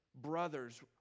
brothers